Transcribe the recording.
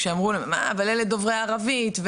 כשאמרו מה אבל אלה דוברי ערבית,